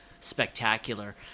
spectacular